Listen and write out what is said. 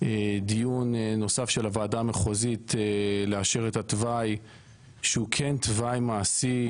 דיון נוסף של הוועדה המחוזית לאשר את התוואי שהוא כן תוואי מעשי,